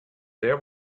there